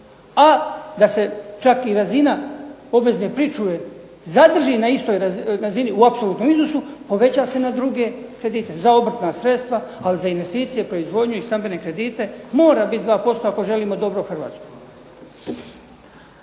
A da se čak i razina obvezne pričuve zadrži na istoj razini u apsolutnom iznosu poveća se na druge kredite, za obrtna sredstva ali za investicije, proizvodnju i stambene kredite mora biti 2% ako želimo dobro Hrvatskoj.